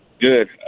Good